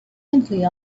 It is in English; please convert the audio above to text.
gently